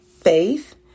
faith